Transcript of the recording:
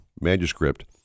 manuscript